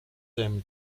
aiment